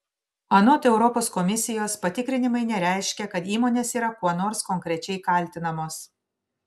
anot europos komisijos patikrinimai nereiškia kad įmonės yra kuo nors konkrečiai kaltinamos